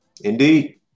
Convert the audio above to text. indeed